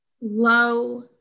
low